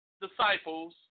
disciples